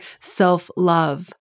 self-love